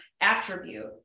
attribute